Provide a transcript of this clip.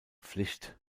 pflicht